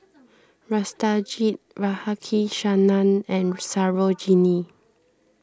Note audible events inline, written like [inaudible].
[unintelligible] Satyajit Radhakrishnan and Sarojini